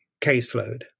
caseload